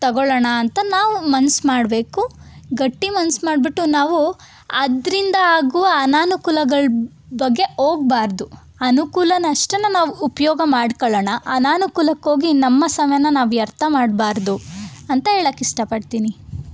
ತೊಗೊಳ್ಳೋಣ ಅಂತ ನಾವು ಮನ್ಸು ಮಾಡಬೇಕು ಗಟ್ಟಿ ಮನ್ಸು ಮಾಡಿಬಿಟ್ಟು ನಾವು ಅದರಿಂದ ಆಗುವ ಅನನುಕೂಲಗಳು ಬಗ್ಗೆ ಹೋಗ್ಬಾರ್ದು ಅನುಕೂಲನ ಅಷ್ಟೇ ನಾವು ಉಪಯೋಗ ಮಾಡ್ಕೋಳ್ಳೋಣ ಅನನುಕೂಲಕ್ಕೋಗಿ ನಮ್ಮ ಸಮಯನ ನಾವು ವ್ಯರ್ಥ ಮಾಡಬಾರ್ದು ಅಂತ ಹೇಳಕ್ಕ್ ಇಷ್ಟಪಡ್ತೀನಿ